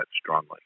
strongly